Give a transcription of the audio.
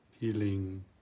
healing